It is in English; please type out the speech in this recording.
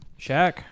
Shaq